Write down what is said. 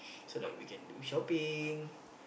so like we can do shopping